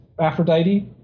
Aphrodite